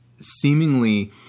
seemingly